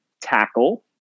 tackle